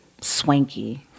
swanky